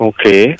Okay